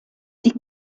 die